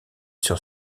sur